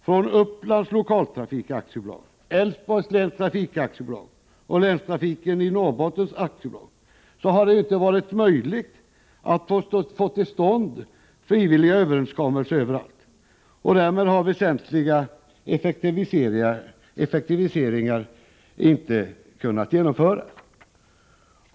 För Upplands lokaltrafik AB, Älvsborgs länstrafik AB och Länstrafiken i Norrbotten AB har det inte varit möjligt att få till stånd frivilliga överenskommelser överallt inom resp. län, och därmed har väsentliga effektiviseringar inte kunnat genomföras.